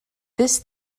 this